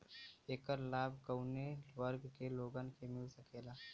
ऐकर लाभ काउने वर्ग के लोगन के मिल सकेला?